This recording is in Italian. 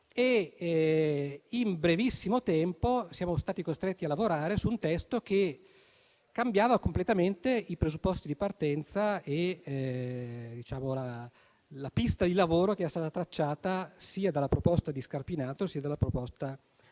In brevissimo tempo siamo stati costretti a lavorare su un testo che cambiava completamente i presupposti di partenza e la pista di lavoro che era stata tracciata dalla proposta sia di Scarpinato, sia del collega Zanettin.